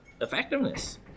effectiveness